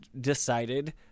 decided